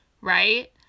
right